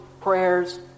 prayers